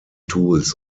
tools